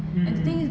mm